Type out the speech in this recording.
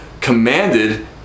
commanded